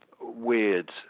weird